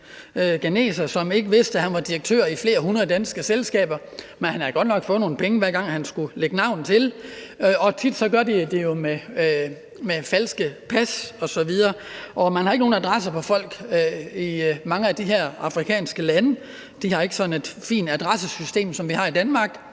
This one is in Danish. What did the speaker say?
som ikke vidste, at han var direktør i flere hundrede danske selskaber – men han havde godt nok fået nogle penge, hver gang han skulle lægge navn til det. Tit gør de det jo med falske pas osv., og man har ikke nogen adresser på folk i mange af de her afrikanske lande – de har ikke sådan et fint adressesystem, som vi har i Danmark.